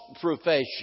profession